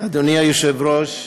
אדוני היושב-ראש,